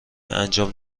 انجام